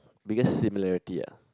biggest similarity ah